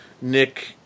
Nick